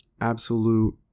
Absolute